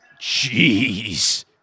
Jeez